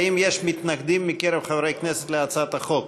האם יש מתנגדים מקרב חברי כנסת להצעת החוק?